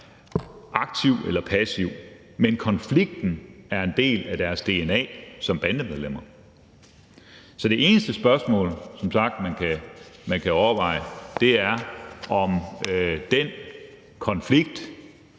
aktiv eller passiv, men konflikten er en del af deres dna som bandemedlemmer. Så det eneste spørgsmål, man som sagt kan overveje, er, om den konflikt,